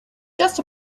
just